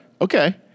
Okay